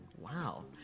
Wow